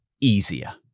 easier